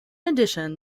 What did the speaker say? addition